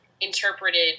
interpreted